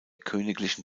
königlichen